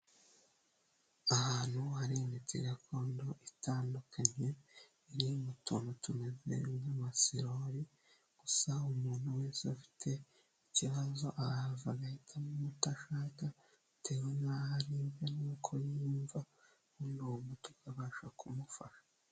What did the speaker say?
Ahantu hari imiti gakondo itandukanye, iri mu tuntu tumeze nk'amasirori, gusa umuntu wese ufite ikibazo araza agahitamo umuti ashaka bitewe n'aho aribwa n'uko yiyumva ubundi uwo muti ukabasha kumufasha.